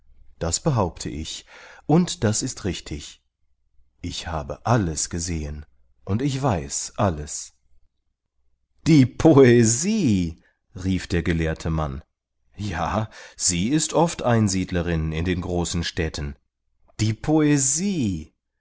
das behaupte ich und das ist richtig ich habe alles gesehen und ich weiß alles die poesie rief der gelehrte mann ja sie ist oft einsiedlerin in den großen städten die poesie